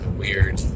weird